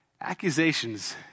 Accusations